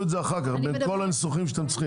אחר כך בין כל הניסוחים שאתם צריכים.